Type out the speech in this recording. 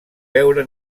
veure